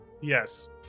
Yes